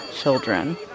Children